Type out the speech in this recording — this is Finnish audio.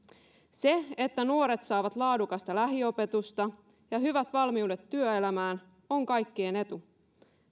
se että nuoret saavat laadukasta lähiopetusta ja hyvät valmiudet työelämään on kaikkien etu